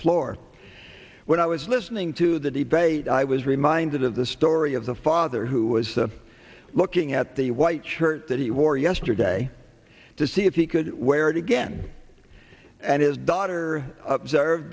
floor when i was listening to the debate i was reminded of the story of the father who was looking at the white shirt that he wore yesterday to see if he could wear it again and his daughter observed